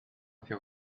hacia